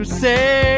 say